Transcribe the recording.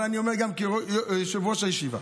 אבל אני אומר: כיושב-ראש הישיבה,